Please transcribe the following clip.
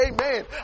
amen